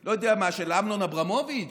לא יודע מה, של אמנון אברמוביץ'?